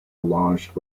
launched